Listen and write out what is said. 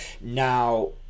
Now